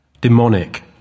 demonic